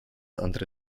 andere